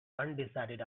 undecided